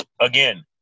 Again